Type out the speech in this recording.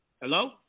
Hello